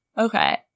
Okay